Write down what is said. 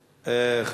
בעד, למה אתה צועק?